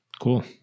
Cool